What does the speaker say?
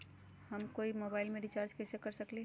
हम कोई मोबाईल में रिचार्ज कईसे कर सकली ह?